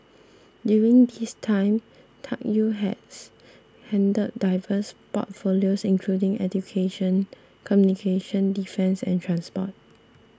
during this time Tuck Yew has handled diverse portfolios including education communications defence and transport